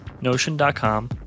Notion.com